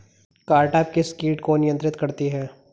Cartap किस किट को नियंत्रित करती है?